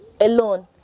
alone